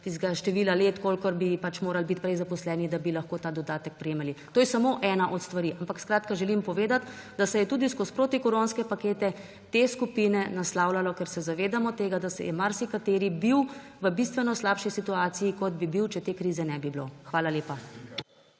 števila let, kolikor bi morali biti prej zaposleni, da bi lahko ta dodatek prejemali. To je samo ena od stvari, ampak želim povedati, da se je tudi skozi protikoronske pakete te skupine naslavljalo, ker se zavedamo tega, da je bil marsikateri v bistveno slabši situaciji, kot bi bil, če te krize ne bi bilo. Hvala lepa.